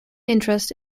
interest